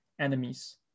enemies